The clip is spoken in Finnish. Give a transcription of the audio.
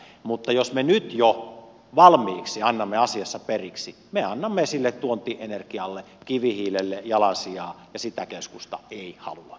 mutta jos me nyt jo valmiiksi annamme asiassa periksi me annamme sille tuontienergialle kivihiilelle jalansijaa ja sitä keskusta pihalla